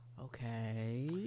okay